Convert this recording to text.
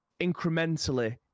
incrementally